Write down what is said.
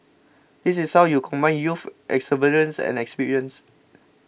this is how you combine youth exuberance and experience